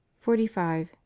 forty-five